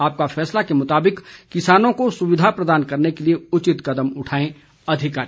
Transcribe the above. आपका फैसला के मुताबिक किसानों को सुविधा प्रदान करने के लिए उचित कदम उठाएं अधिकारी